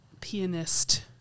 pianist